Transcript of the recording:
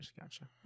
gotcha